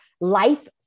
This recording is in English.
life